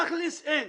תכל'ס, אין.